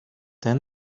then